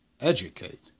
educate